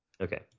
Okay